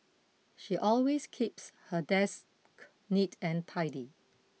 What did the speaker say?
she always keeps her desk neat and tidy